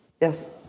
Yes